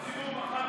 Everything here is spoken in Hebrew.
הציבור,